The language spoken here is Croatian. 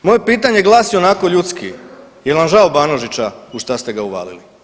Moje pitanje glasi onako ljudski, jel vam žao Banožića u šta ste ga uvalili?